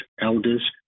elders